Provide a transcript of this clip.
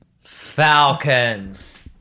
falcons